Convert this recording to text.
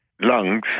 lungs